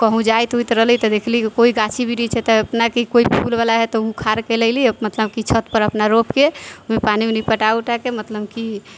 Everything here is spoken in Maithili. कहूँ जाइत उइत रहली तऽ देखली कि कोइ गाछी वृक्ष हइ तऽ एतना कि कोइ फूलवला हइ तऽ ओ उखाड़ि कऽ लयली मतलब कि छतपर अपना रोपिके ओहिमे पानी उनी पटा उटाके मतलब कि